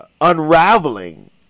unraveling